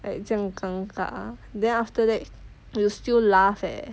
like 这样尴尬 then after that you still laugh eh